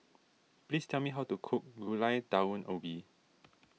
please tell me how to cook Gulai Daun Ubi